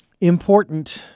Important